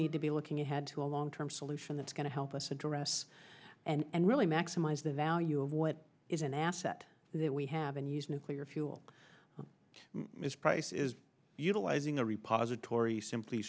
need to be looking ahead to a long term solution that's going to help us address and really maximize the value of what is an asset that we have and use nuclear fuel prices utilizing a repository simply